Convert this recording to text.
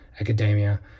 academia